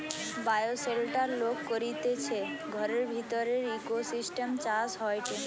bioshelter লোক করতিছে ঘরের ভিতরের ইকোসিস্টেম চাষ হয়টে